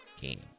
game